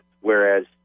whereas